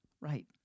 Right